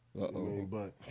Uh-oh